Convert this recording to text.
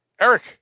Eric